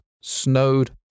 Snowed